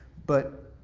but